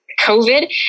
COVID